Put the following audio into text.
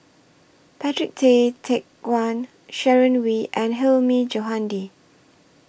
Patrick Tay Teck Guan Sharon Wee and Hilmi Johandi